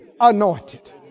anointed